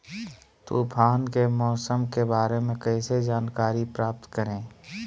तूफान के मौसम के बारे में कैसे जानकारी प्राप्त करें?